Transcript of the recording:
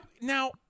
Now